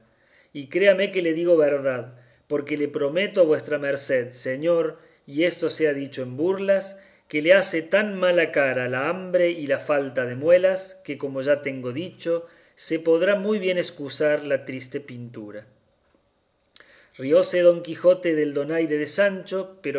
y créame que le digo verdad porque le prometo a vuestra merced señor y esto sea dicho en burlas que le hace tan mala cara la hambre y la falta de las muelas que como ya tengo dicho se podrá muy bien escusar la triste pintura rióse don quijote del donaire de sancho